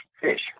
fish